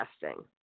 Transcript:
testing